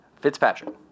Fitzpatrick